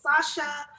Sasha